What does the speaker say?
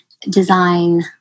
design